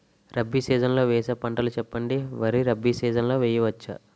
Rabi season లో వేసే పంటలు చెప్పండి? వరి రబీ సీజన్ లో వేయ వచ్చా?